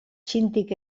txintik